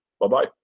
Bye-bye